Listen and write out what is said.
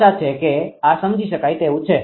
આશા છે કે આ સમજી શકાય તેવું છે